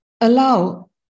Allow